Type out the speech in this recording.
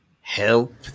help